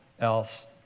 else